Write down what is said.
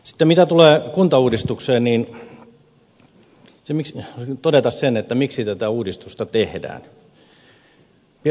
sitten mitä tulee kuntauudistukseen niin voisin todeta sen miksi tätä uudistusta tehdään